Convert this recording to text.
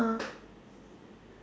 uh